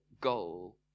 goal